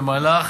במלך